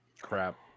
crap